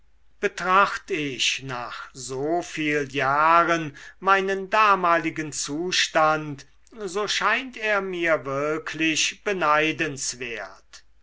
ich nach so viel jahren meinen damaligen zustand so scheint er mir wirklich beneidenswert